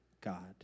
God